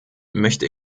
möchte